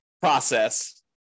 process